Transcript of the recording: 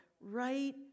right